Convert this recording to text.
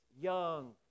young